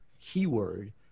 keyword